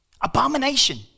Abomination